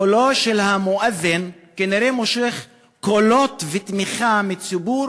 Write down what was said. קולו של המואזין כנראה מושך קולות ותמיכה מציבור